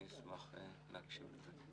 אני אשמח להקשיב לזה.